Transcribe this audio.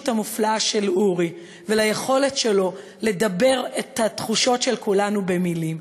המופלאה של אורי וליכולת שלו לדבר את התחושות של כולנו במילים.